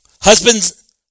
Husbands